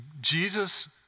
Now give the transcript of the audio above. Jesus